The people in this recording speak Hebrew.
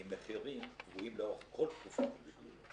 הקמנו --- בערבה עם מחירים קבועים לאורך כל תקופה הגידולים.